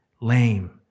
lame